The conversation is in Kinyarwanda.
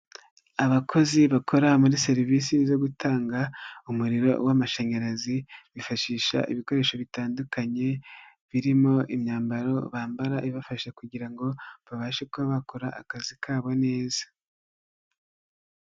Abakozi bakora muri serivisi zo gutanga umuriro w'amashanyarazi bifashisha ibikoresho bitandukanye birimo imyambaro bambara ibafasha kugira ngo babashe kuba bakora akazi kabo neza.